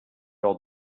old